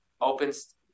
opens